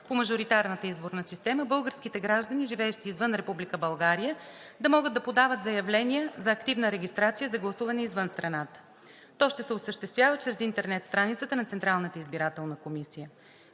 по мажоритарната изборна система българските граждани, живеещи извън Република България, да могат да подават заявления за активна регистрация за гласуване извън страната. То ще се осъществява чрез интернет страницата на Централната избирателна комисия.